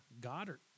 Goddard